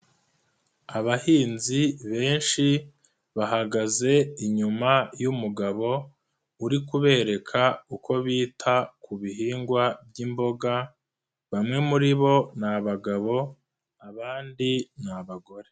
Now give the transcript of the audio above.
Abahinzi benshi bahagaze inyuma y'umugabo uri kubereka uko bita ku bihingwa by'imboga, bamwe muri bo ni abagabo abandi ni abagore.